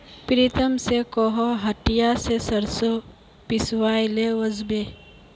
प्रीतम स कोहो हटिया स सरसों पिसवइ ले वस बो